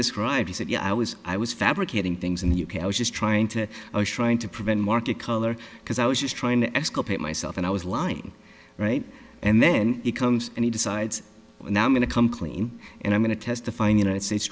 described he said you know i was i was fabricating things in the u k i was just trying to i was trying to prevent market color because i was just trying to exculpate myself and i was lying right and then he comes and he decides now i'm going to come clean and i'm going to testify in united states